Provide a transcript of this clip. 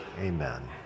amen